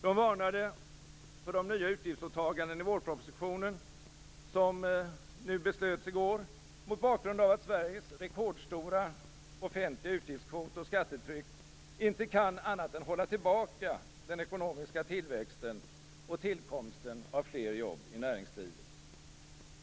De varnade för de nya utgiftsåtagandena i vårpropositionen - som det fattades beslut om i går - mot bakgrund av att Sveriges rekordstora offentliga utgiftskvot och skattetryck inte kan annat än hålla tillbaka den ekonomiska tillväxten och tillkomsten av fler jobb i näringslivet.